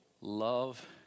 love